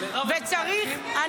וצריך --- מירב,